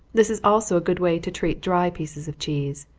this is also a good way to treat dry pieces of cheese.